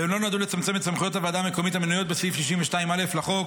והם לא נועדו לצמצם את סמכויות הוועדה המקומית המנויות בסעיף 62א לחוק